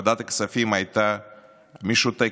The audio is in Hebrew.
ועדת הכספים הייתה משותקת,